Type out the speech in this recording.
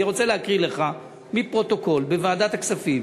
אני רוצה להקריא לך מפרוטוקול של ועדת הכספים.